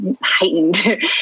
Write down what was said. heightened